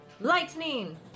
lightning